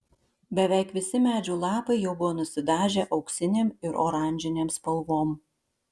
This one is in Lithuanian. beveik visi medžių lapai jau buvo nusidažę auksinėm ir oranžinėm spalvom